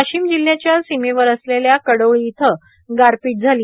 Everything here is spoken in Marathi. वाशिम जिल्ह्याच्या सीमेवर असलेल्या कडोळी इथं गारपीट झाली